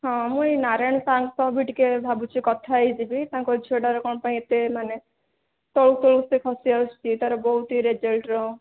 ହଁ ମୁଁ ଏଇ ନାରାୟଣ ସାର୍ଙ୍କ ସହ ବି ଟିକିଏ ଭାବୁଛି କଥା ହୋଇଯିବି ତାଙ୍କ ଝିଅଟାର କ'ଣ ପାଇଁ ଏତେ ମାନେ ତଳକୁ ତଳକୁ ସେ ଖସି ଆସୁଛି ତା'ର ବହୁତ ରେଜଲ୍ଟ୍ର